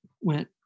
went